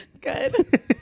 Good